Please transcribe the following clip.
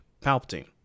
Palpatine